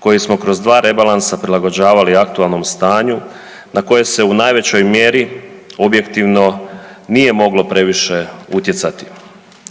koji smo kroz 2 rebalansa prilagođavali aktualnom stanju na koje se u najvećoj mjeri objektivno nije moglo previše utjecati.